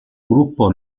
gruppo